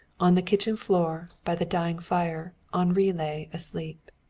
on the kitchen floor by the dying fire henri lay asleep.